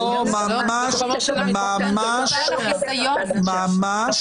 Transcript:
לא, ממש לא.